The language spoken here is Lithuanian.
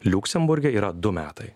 liuksemburge yra du metai